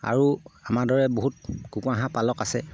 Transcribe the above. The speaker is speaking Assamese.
আৰু আমাৰ দৰে বহুত কুকুৰা হাঁহ পালক আছে